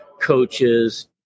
coaches